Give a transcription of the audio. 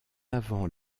avant